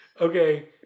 Okay